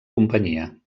companyia